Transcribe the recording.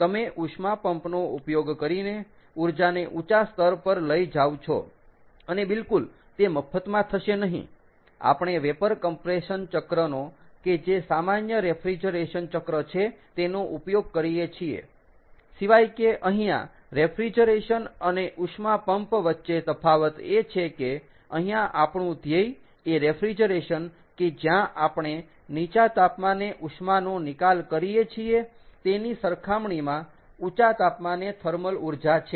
તમે ઉષ્મા પંપ નો ઉપયોગ કરીને ઊર્જાને ઊંચા સ્તર પર લઇ જાવ છો અને બીલકુલ તે મફ્તમાં થશે નહીં આપણે વેપર કમ્પ્રેશન ચક્રનો કે જે સામાન્ય રેફ્રિજરેશન ચક્ર છે તેનો ઉપયોગ કરીએ છીએ સિવાય કે અહીંયા રેફ્રિજરેશન અને ઉષ્મા પંપ વચ્ચે તફાવત એ છે કે અહીંયા આપણું ધ્યેય એ રેફ્રિજરેશન કે જ્યાં આપણે નીચા તાપમાને ઉષ્માનો નિકાલ કરીએ છીએ તેની સરખામણીમાં ઊંચા તાપમાને થર્મલ ઊર્જા છે